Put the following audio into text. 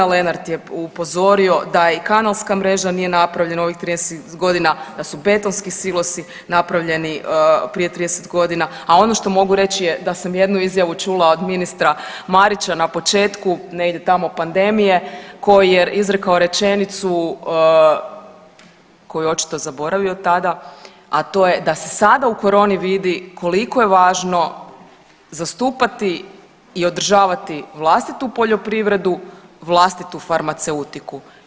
Lenart je upozorio da i kanalska mreža nije napravljena u ovih 30 godina, da su betonski silosi napravljeni prije 30 godina, a ono što mogu reći je da sam jednu izjavu čula od ministra Marića na početku negdje tamo pandemije koji je izrekao rečenicu koju je očito zaboravio tada, a to je da se sada u koroni vidi koliko je važno zastupati i održavati vlastitu poljoprivredu, vlastitu farmaceutiku.